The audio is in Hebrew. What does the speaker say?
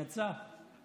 יצא,